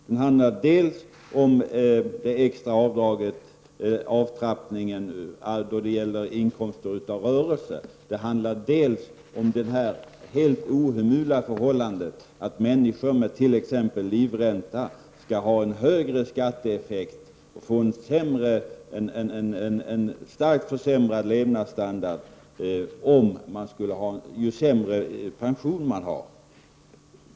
Den handlar dels om avtrappningen av det extra avdraget vid inkomst av rörelse, dels om det helt ohemula förhållandet att människor med t.ex. livränta skall drabbas av en högre skatteeffekt och få en starkt försämrad levnadsstandard ju sämre pension de har.